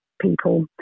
people